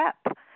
step